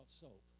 soap